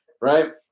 right